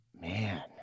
Man